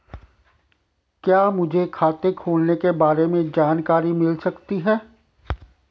क्या मुझे खाते खोलने के बारे में जानकारी मिल सकती है?